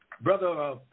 brother